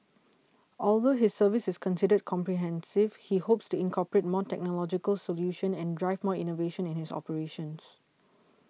although his service is considered comprehensive he hopes to incorporate more technological solutions and drive more innovation in his operations